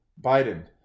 Biden